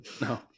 no